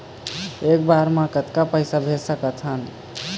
एक बार मे कतक पैसा भेज सकत हन?